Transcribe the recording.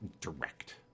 direct